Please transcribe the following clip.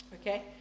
okay